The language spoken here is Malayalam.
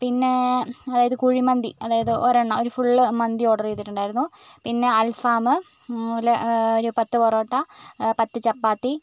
പിന്നെ അതായത് കുഴിമന്തി അതായത് ഒരെണ്ണം ഒരു ഫുൾ മന്തി ഓർഡർ ചെയ്തിട്ടുണ്ടായിരുന്നു പിന്നെ അൽഫാം അതുപോലെ ഒരു പത്ത് പൊറോട്ട പത്ത് ചപ്പാത്തി